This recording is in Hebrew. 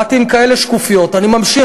באתי עם כאלה שקופיות, ואני ממשיך.